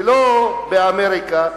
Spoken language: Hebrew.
ולא באמריקה.